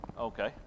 Okay